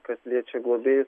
kas liečia globėjus